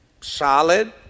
solid